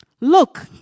Look